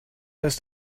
ist